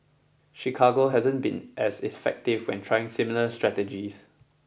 Chicago hasn't been as effective when trying similar strategies